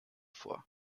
vor